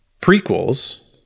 prequels